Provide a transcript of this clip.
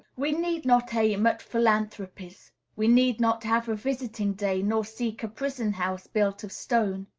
we need not aim at philanthropies we need not have a visiting-day, nor seek a prison-house built of stone.